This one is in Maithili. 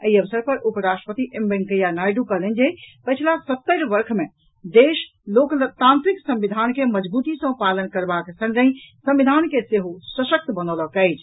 एहि अवसर पर उपराष्ट्रपति एम वेंकैया नायड् कहलनि जे पछिला सत्तरि वर्ष मे देश लोकतांत्रिक संविधान के मजगूती सॅ पालन करबाक संगहि संविधान के सेहो सशक्त बनौलक अछि